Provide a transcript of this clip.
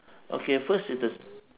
okay first is the